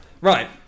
right